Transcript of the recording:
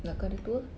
sebab kau dah tua